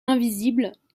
invisibles